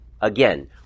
again